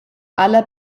aller